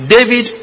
David